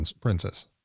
princess